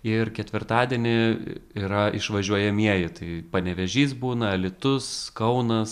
ir ketvirtadienį yra išvažiuojamieji tai panevėžys būna alytus kaunas